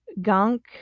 gunk